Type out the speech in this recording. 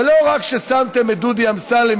ולא רק ששמתם את דודי אמסלם,